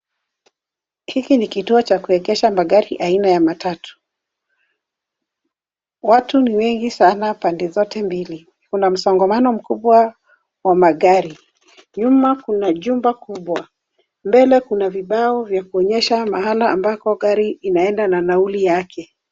Hiki ni kituo cha kuegesha magari aina ya matatu. Watu ni wengi sana pande zote mbili. Kuna msongamano mkubwa wa magari. Nyuma kuna jumba kubwa. Mbele kuna vibao vya kuonyesha mahala ambako gari inaenda na nauli yake.